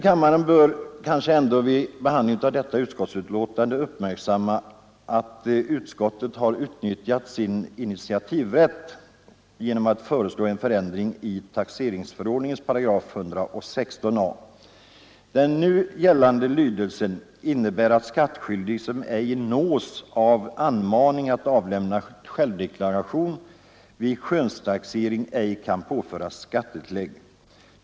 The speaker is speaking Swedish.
Kammaren bör ändå vid behandlingen av detta betänkande uppmärksamma att utskottet har utnyttjat sin initiativrätt genom att föreslå en förändring i taxeringsförordningens 116 a 8. Den nu gällande lydelsen innebär att skattskyldig som ej nås av anmaning att avlämna självdeklaration vid skönstaxering ej kan påföras skattetillägg.